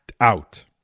out